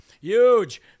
huge